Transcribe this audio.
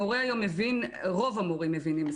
מורה היום מבין רוב המורים מבינים,